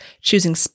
choosing